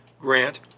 grant